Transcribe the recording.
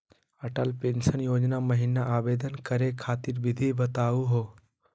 Atal pension योजना महिना आवेदन करै खातिर विधि बताहु हो?